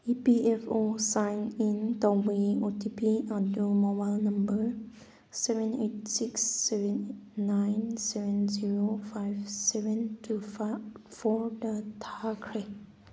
E P F O sign in ꯇꯧꯕꯒꯤ O T P ꯑꯗꯨ mobile number seven eight six seven nine seven zero five seven two ꯐꯣꯔꯗ ꯊꯥꯈ꯭ꯔꯦ